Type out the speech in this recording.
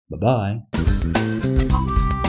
Bye-bye